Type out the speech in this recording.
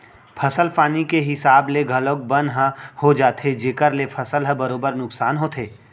फसल पानी के हिसाब ले घलौक बन ह हो जाथे जेकर ले फसल ह बरोबर नुकसान होथे